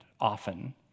often